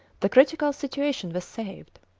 the critical situation was saved.